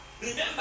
remember